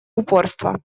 упорства